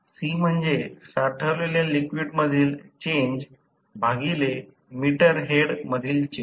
C म्हणजे साठवलेल्या liquid मधील चेंज भागिले मीटर हेड मधील चेंज